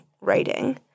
writing